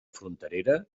fronterera